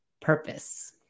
purpose